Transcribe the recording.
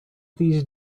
these